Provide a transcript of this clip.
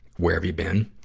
where have you been?